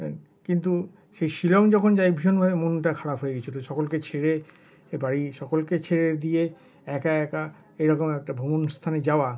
কিন্তু সেই শিলং যখন যাই ভীষনভাবে মনটা খারাপ হয়ে গেছিলো সকলকে ছেড়ে বাড়ির সকলকে ছেড়ে দিয়ে একা একা এরকম একটা ভ্রমণ স্থানে যাওয়া